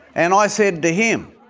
and i said to him,